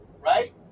Right